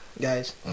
Guys